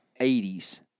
80s